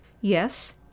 Yes